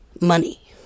money